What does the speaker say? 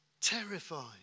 terrified